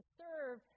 serve